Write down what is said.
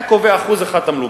היה קובע 1% תמלוגים,